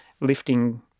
lifting